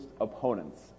opponents